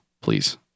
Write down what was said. Please